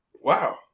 Wow